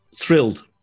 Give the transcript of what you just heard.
thrilled